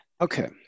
Okay